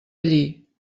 allí